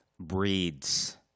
breeds